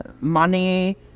money